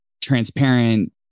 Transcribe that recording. transparent